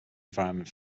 environment